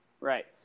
right